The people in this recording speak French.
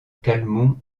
calmont